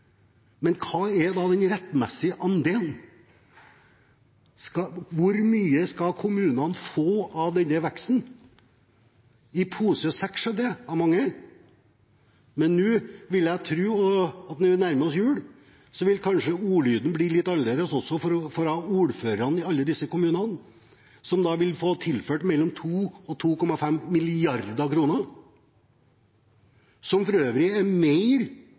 men hva er den rettmessige andelen? Hvor mye skal kommunene få av den veksten? I pose og sekk, skjønner jeg – på mange. Men jeg vil tro at når vi nærmer oss jul, vil kanskje ordlyden bli litt annerledes også fra ordførerne i alle disse kommunene, som da vil få tilført mellom 2 mrd. kr og 2,5 mrd. kr, som for øvrig er mer